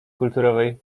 kulturowej